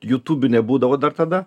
jutubių nebūdavo dar tada